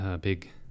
big